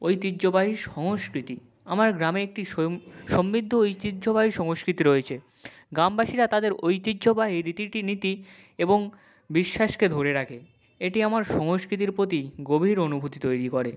ঐতিহ্যবাহী সংস্কৃতি আমার গ্রামে একটি সমৃদ্ধ ঐতিহ্যবাহী সংস্কৃত রয়েছে গামবাসীরা তাদের ঐতিহ্যবাহী রীতিটির নীতি এবং বিশ্বাসকে ধরে রাখে এটি আমার সংস্কৃতি প্রতি গভীর অনুভূতি তৈরি করে